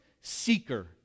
seeker